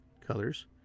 colors